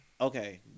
okay